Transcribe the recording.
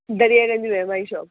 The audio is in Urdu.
دریا گنج میں ہے ہماری شاپ